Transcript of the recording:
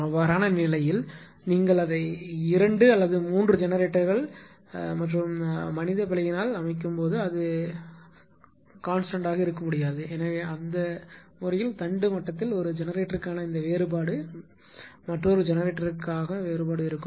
அவ்வாறான நிலையில் நீங்கள் அதை இரண்டு அல்லது 3 ஜெனரேட்டர்கள் மற்றும் மனிதப் பிழையினால் அமைக்கும் போது அது கான்ஸ்டாக இருக்க முடியாது அந்த வழக்கில் தண்டு மட்டத்தில் ஒரு ஜெனரேட்டருக்கான இந்த வேறுபாடு மற்றொரு ஜெனரேட்டராக இருக்கும்